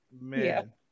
Man